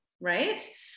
right